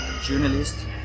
journalist